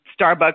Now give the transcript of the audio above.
Starbucks